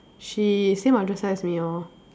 she same address as me lor